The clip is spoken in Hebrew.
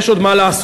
יש עוד מה לעשות.